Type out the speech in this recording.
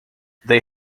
they